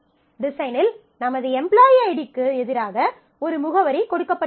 டிசைனில் நமது எம்ப்லாயீ ஐடிக்கு எதிராக ஒரு முகவரி கொடுக்கப்பட்டுள்ளது